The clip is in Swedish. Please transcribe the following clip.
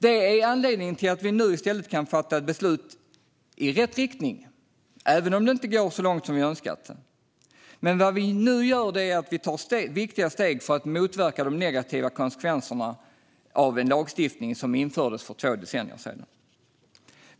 Det är anledningen till att vi nu i stället kan fatta beslut i rätt riktning, även om det inte går så långt som vi önskar. Vi tar nu viktiga steg för att motverka de negativa konsekvenserna av en lagstiftning som infördes för två decennier sedan.